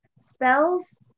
Spells